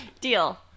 deal